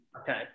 Okay